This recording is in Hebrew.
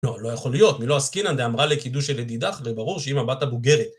לא, לא יכול להיות, מי לא עסקין על זה אמרה לקידוש של אדידך, זה ברור שאם הבת הבוגרת.